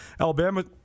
Alabama